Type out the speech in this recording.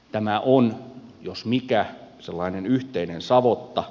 tämä on jos mikä sellainen yhteinen savotta